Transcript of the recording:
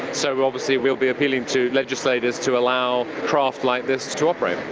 so obviously we will be appealing to legislators to allow craft like this to operate.